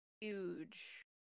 huge